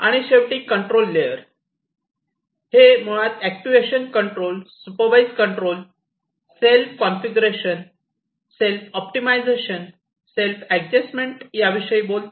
आणि शेवटी control layer हे मुळात actuation control supervise control self configuration self optimisation self adjustment याविषयी बोलते